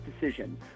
decision